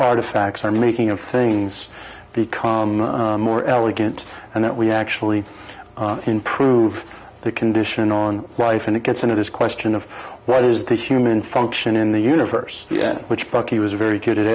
artifacts are making of things become more elegant and that we actually improve the condition on life and it gets into this question of what is the human function in the universe which brucie was very good at